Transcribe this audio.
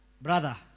Brother